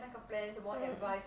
mm